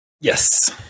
Yes